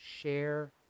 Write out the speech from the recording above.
share